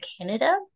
Canada